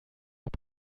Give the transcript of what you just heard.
nach